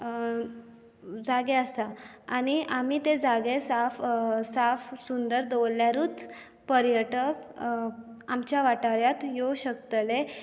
जागे आसात आनी आमी ते जागे साफ साफ सुंदर दवरल्यारूच पर्यटक आमच्या वाठारांत येवंक शकतले